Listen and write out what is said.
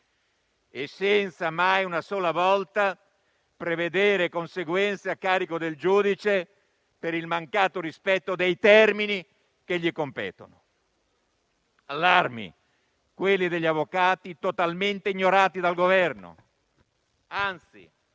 senza mai una sola volta prevedere conseguenze a carico del giudice per il mancato rispetto dei termini che gli competono. Allarmi, quelli degli avvocati, totalmente ignorati dal Governo e, anzi,